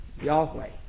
Yahweh